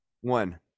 one